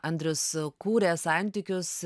andrius kūrė santykius